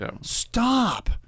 Stop